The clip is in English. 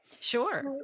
Sure